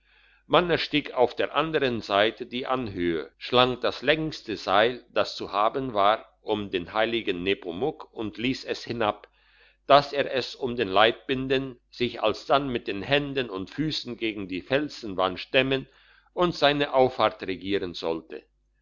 man erstieg auf der andern seite die anhöhe schlang das längste seil das zu haben war um den heiligen nepomuk und liess es hinab dass er es um den leib binden sich alsdann mit den händen und füssen gegen die felsenwand stemmen und seine auffahrt regieren sollte